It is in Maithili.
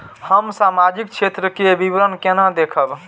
हम सामाजिक क्षेत्र के विवरण केना देखब?